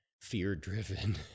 fear-driven